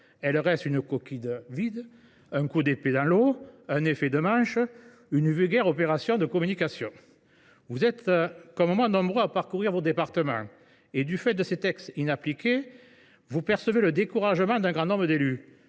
elle reste une coquille vide, un coup d’épée dans l’eau, un effet de manche, une vulgaire opération de communication. Nous sommes nombreux à parcourir nos départements ; or, mes chers collègues, du fait de ces textes inappliqués, vous percevez comme moi le découragement d’un grand nombre d’élus.